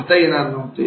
पाहता येणार नव्हते